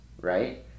right